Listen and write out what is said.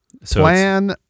Plan